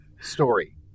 story